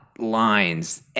lines